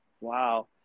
wow